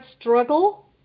struggle